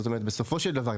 בסופו של דבר,